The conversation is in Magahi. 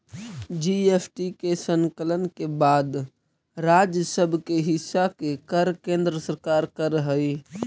जी.एस.टी के संकलन के बाद राज्य सब के हिस्सा के कर केन्द्र सरकार कर हई